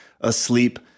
asleep